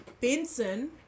Benson